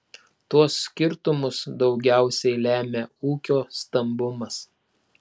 tuos skirtumus daugiausiai lemia ūkio stambumas